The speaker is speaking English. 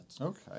Okay